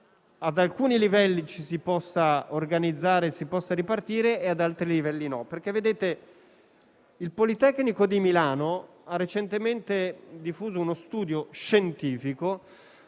ad alcuni livelli ci si possa organizzare e si possa ripartire e ad altri no. Vorrei evidenziare che il Politecnico di Milano ha recentemente diffuso uno studio scientifico